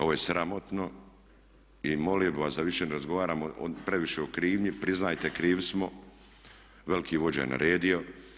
Ovo je sramotno i molio bih vas da više ne razgovaramo previše o krivnji, priznajte krivi smo, veliki vođa je naredio.